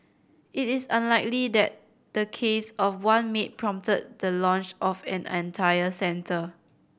it is unlikely that the case of one maid prompted the launch of an entire centre